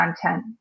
content